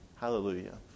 Hallelujah